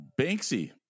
Banksy